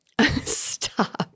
Stop